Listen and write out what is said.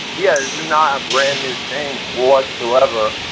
yeah, is not a brand new thing whatsoever.